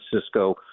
cisco